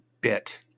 bit